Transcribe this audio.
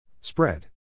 Spread